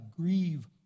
grieve